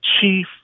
chief